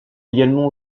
également